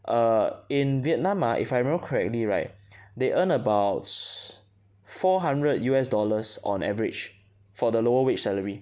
err in Vietnam ah if I remember correctly right they earn about s~ four hundred U_S dollars on average for the lower wage salary